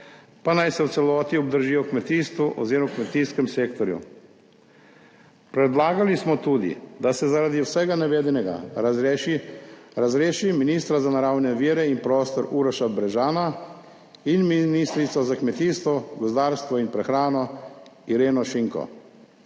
pa naj se v celoti obdržijo v kmetijstvu oziroma v kmetijskem sektorju. Predlagali smo tudi, da se zaradi vsega navedenega razreši ministra za naravne vire in prostor Uroša Brežana in ministrico za kmetijstvo, gozdarstvo in prehrano Ireno Šinko.